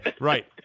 Right